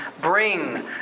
bring